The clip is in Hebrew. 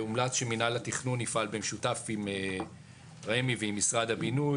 הומלץ שמינהל התכנון יפעל במשותף עם רמ"י ועם משרד הבינוי